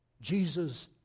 Jesus